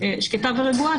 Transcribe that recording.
שקטה ורגועה,